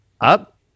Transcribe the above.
Up